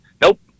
Nope